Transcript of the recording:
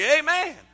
Amen